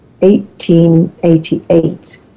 1888